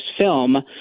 film